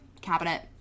cabinet